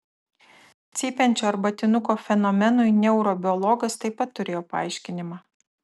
cypiančio arbatinuko fenomenui neurobiologas taip pat turėjo paaiškinimą